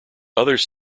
others